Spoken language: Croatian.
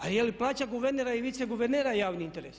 A je li plaća guvernera i vice guvernera javni interes?